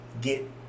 get